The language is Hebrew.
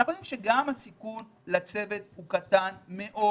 אנחנו יודעים שגם הסיכון לצוות הוא קטן מאוד.